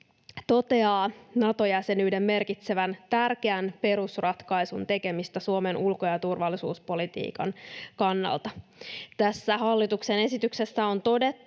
toteaa Nato-jäsenyyden merkitsevän tärkeän perusratkaisun tekemistä Suomen ulko- ja turvallisuuspolitiikan kannalta. Tässä hallituksen esityksessä on todettu